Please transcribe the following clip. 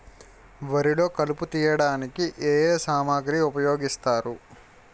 వరిలో కలుపు తియ్యడానికి ఏ ఏ సామాగ్రి ఉపయోగిస్తారు?